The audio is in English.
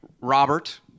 Robert